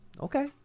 Okay